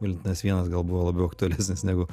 valentinas vienas gal buvo labiau aktualesnis negu